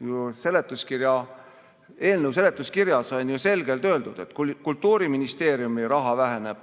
eelnõu seletuskirjas on ju selgelt öeldud, et Kultuuriministeeriumi raha väheneb